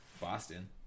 Boston